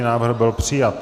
Návrh byl přijat.